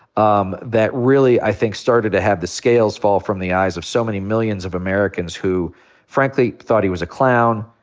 um that really i think started to have the scales fall from the eyes of so many millions of americans who frankly thought he was a clown,